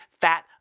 fat